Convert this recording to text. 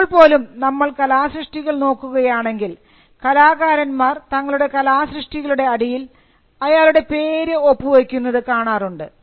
ഇപ്പോൾ പോലും നമ്മൾ കലാസൃഷ്ടികൾ നോക്കുകയാണെങ്കിൽ കലാകാരന്മാർ തങ്ങളുടെ കലാസൃഷ്ടികളുടെ അടിയിൽ അയാളുടെ പേര് ഒപ്പുവെക്കുന്നത് കാണാറുണ്ട്